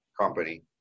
company